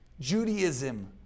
Judaism